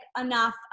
enough